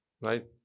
Right